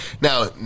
Now